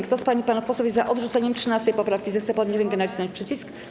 Kto z pań i panów posłów jest za odrzuceniem 13. poprawki, zechce podnieść rękę i nacisnąć przycisk.